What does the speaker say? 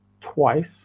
twice